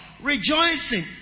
Rejoicing